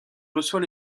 reçoit